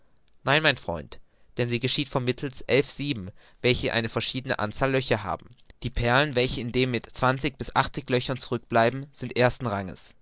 nein mein freund sie geschieht vermittelst elf sieben welche eine verschiedene anzahl löcher haben die perlen welche in den mit zwanzig bis achtzig löchern zurück bleiben sind ersten ranges